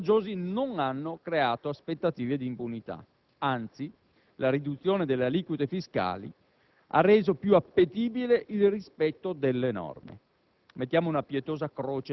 a tassi vantaggiosi) non hanno creato aspettative di impunità. Anzi, la riduzione delle aliquote fiscali ha reso più appetibile il rispetto delle norme.